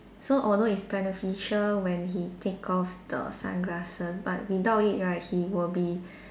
so although it's beneficial when he take off the sunglasses but without it right he will be